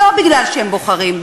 לא מפני שהם בוחרים,